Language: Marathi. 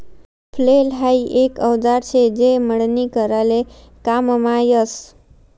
फ्लेल हाई एक औजार शे जे मळणी कराले काममा यस